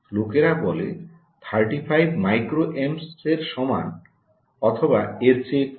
লোকেরা বলে 35 micro amps 𝛍A এর সমান অথবা এর চেয়ে কম